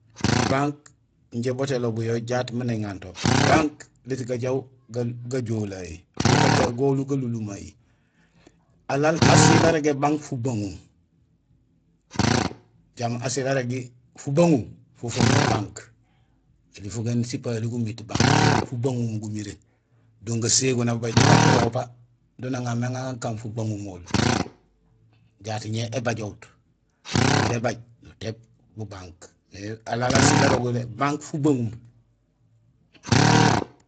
Banque injé boot élobuyo jaat miin éganto. Banque diit gajaaw gajooleheey go gajaaw goluul galunlumay. Alaal asiil narégé banque fubaŋum; ujaam asiil arégi fubaŋum fo foomé banque. Ēli fugéén sipayoli gumiit banque; fubaŋum gumiré. Don gaségool; nababaaj do gakoba do naŋamé aŋa akaan fubaŋumool; jaat ñé ébajohut; aan bébaaj nutééb bu banque. Mais alaal asiil arogolaal banque fubaŋum.